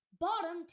bottom